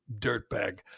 dirtbag